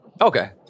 Okay